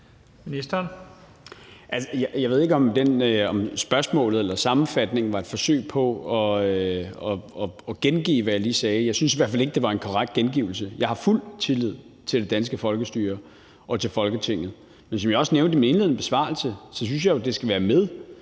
Jeg ved ikke, om spørgsmålet eller sammenfatningen var et forsøg på at gengive, hvad jeg lige sagde, men jeg synes i hvert fald ikke, det var en korrekt gengivelse. Jeg har fuld tillid til det danske folkestyre og til Folketinget. Men som jeg også nævnte i min indledende besvarelse, synes jeg jo selvfølgelig,